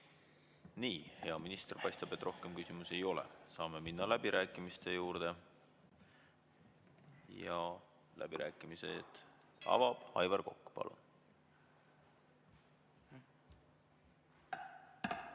Nii, hea minister, paistab, et rohkem küsimusi ei ole. Saame minna läbirääkimiste juurde. Läbirääkimised avab Aivar Kokk. Palun!